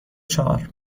چهار